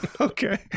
Okay